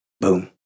Boom